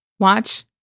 Watch